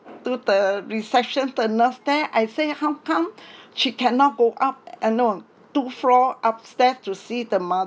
to the reception the nurse there I say how come she cannot go up eh no two floor upstairs to see the mother